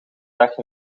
dag